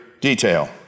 detail